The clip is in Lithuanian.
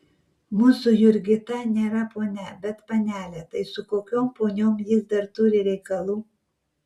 mūsų jurgita nėra ponia bet panelė tai su kokiom poniom jis dar turi reikalų